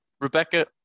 Rebecca